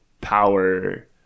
power